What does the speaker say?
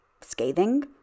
scathing